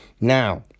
now